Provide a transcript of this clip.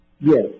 Yes